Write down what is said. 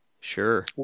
Sure